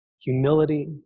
Humility